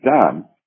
done